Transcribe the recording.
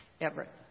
Everett